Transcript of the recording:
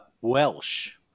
Welsh